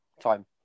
time